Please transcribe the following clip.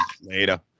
Later